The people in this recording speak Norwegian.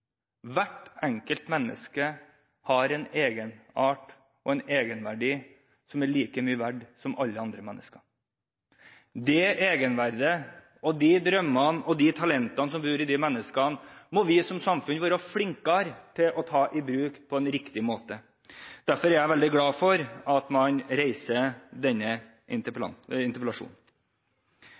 Hvert enkelt menneske har en egenart og en egenverdi som er like mye verdt som alle andre mennesker. Det egenverdet og de drømmene og de talentene som bor i de menneskene, må vi som samfunn være flinkere til å ta i bruk på en riktig måte. Derfor er jeg veldig glad for at man reiser denne interpellasjonen.